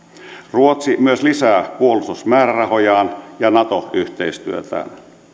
ruotsi myös lisää puolustusmäärärahojaan ja nato yhteistyötään